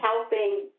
helping